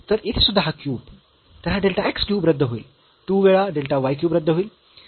तर येथे सुद्धा हा क्यूब तर हा डेल्टा x क्यूब रद्द होईल 2 वेळा डेल्टा y क्यूब रद्द होईल